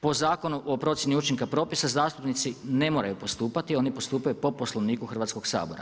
Po Zakonu o procjenu učinka propisa zastupnici ne moraju postupati, oni postupaju po Poslovniku Hrvatskog sabora.